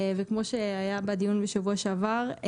וכמו שהיה בדיון בשבוע שעבר,